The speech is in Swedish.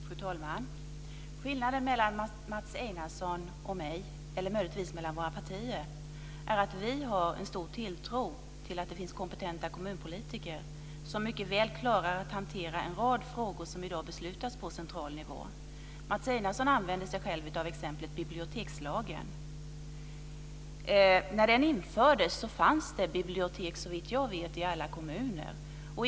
Fru talman! Skillnaden mellan Mats Einarsson och mig, eller möjligtvis mellan våra partier, är att vi kristdemokrater har en stor tilltro till att det finns kompetenta kommunpolitiker som mycket väl klarar att hantera en rad frågor som i dag beslutas på central nivå. Mats Einarsson använder själv exemplet bibliotekslagen. När den infördes fanns det såvitt jag vet bibliotek i alla kommuner.